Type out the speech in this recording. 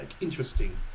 interesting